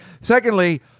secondly